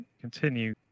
continue